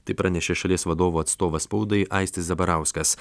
tai pranešė šalies vadovo atstovas spaudai aistis zabarauskas